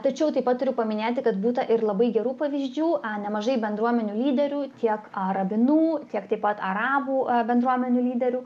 tačiau taip pat turiu paminėti kad būta ir labai gerų pavyzdžių nemažai bendruomenių lyderių tiek rabinų tiek taip pat arabų bendruomenių lyderių